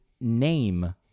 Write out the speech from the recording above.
name